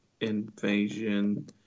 invasion